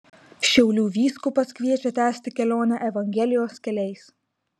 šiaulių vyskupas kviečia tęsti kelionę evangelijos keliais